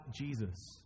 Jesus